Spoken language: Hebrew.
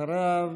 אחריו,